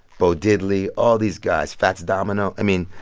bo diddley all these guys fats domino i mean,